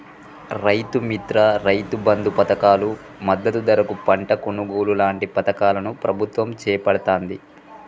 రైతు మిత్ర, రైతు బంధు పధకాలు, మద్దతు ధరకు పంట కొనుగోలు లాంటి పధకాలను ప్రభుత్వం చేపడుతాంది